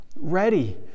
ready